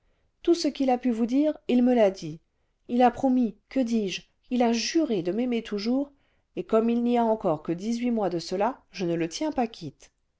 tout ce qu'il a pu vous dire il me l'a dit il a promis que dis-je il a juré de m'aimer toujours et comme il n'y a encore que dix-huit mois de cela je ne le tiens pas quitte